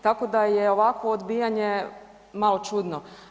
Tako da je ovakvo odbijanje malo čudno.